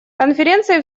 конференции